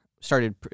started